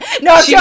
No